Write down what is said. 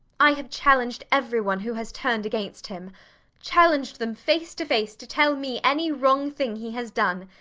i have challenged everyone who has turned against him challenged them face to face to tell me any wrong thing he has done,